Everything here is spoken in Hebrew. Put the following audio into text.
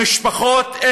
המשפחות.